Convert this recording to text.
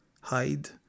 hide